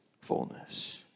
Fullness